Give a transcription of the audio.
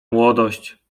młodość